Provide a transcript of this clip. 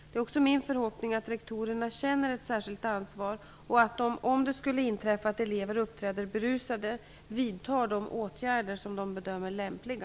Det är också min förhoppning att rektorerna känner ett särskilt ansvar och att de, om det skulle inträffa att elever uppträder berusade, vidtar de åtgärder som de bedömer lämpliga.